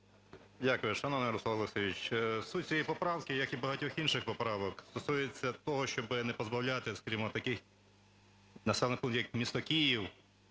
Дякую. Шановний Руслан Олексійович, суть цієї поправки, як і багатьох інших поправок, стосується того, щоб не позбавляти, скажімо, таких населених пунктів, як місто Київ,